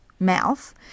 mouth